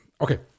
okay